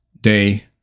day